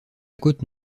côte